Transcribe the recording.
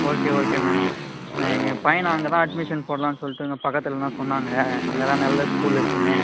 okay okay madam நான் எங்கள் பையனை அங்கே தான் அட்மிஷன் போடலாம்ன்னு சொல்லிவிட்டு இங்கே பக்கத்துலேலாம் சொன்னாங்க அங்கே தான் நல்ல ஸ்கூல் இருக்குதுன்னு